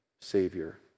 Savior